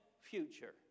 future